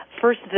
first